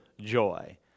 joy